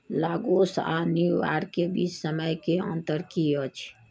Lagos आ न्यूयॉर्कके बीच समयके अन्तर की अछि